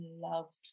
loved